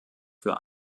für